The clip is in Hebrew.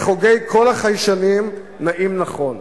מחוגי כל החיישנים נעים נכון,